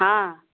हँ